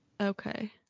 Okay